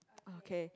okay